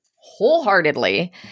wholeheartedly